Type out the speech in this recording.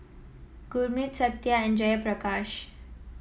Gurmeet Satya and Jayaprakash